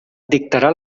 dictarà